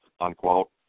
Unquote